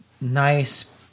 nice